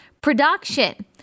production